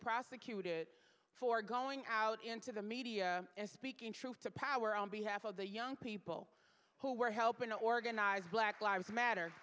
prosecuted for going out into the media and speaking truth to power on behalf of the young people who were helping organize black lives matter